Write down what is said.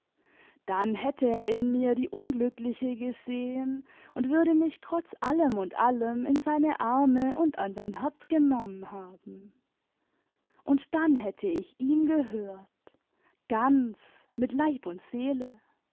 dann hätte er in nur die unglückliche gesehen und würde mich trotz allem und allem in seine arme imd an sein herz genommen haben und dann hätte ich ihm gehört ganz mit leib und seele